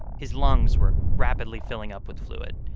his lungs were rapidly filling up with fluid.